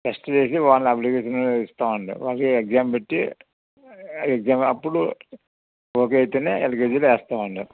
test చేసి వాళ్ళని application ఇస్తామండి వాళ్ళకి ఎగ్జామ్ పెట్టి ఎగ్జామ్ అప్పుడు ఓకే అయితేనే ఎల్కేజీలో వేస్తామండి